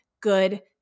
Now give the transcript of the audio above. good